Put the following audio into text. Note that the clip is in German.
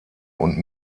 und